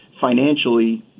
financially